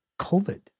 COVID